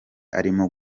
arimo